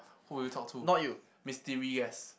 who will you talk to mystery guest